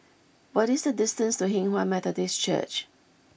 what is the distance to Hinghwa Methodist Church